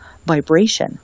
vibration